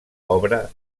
obra